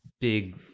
big